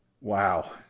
Wow